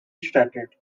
started